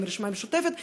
לא מהרשימה המשותפת,